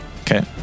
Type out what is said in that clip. Okay